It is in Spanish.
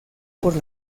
por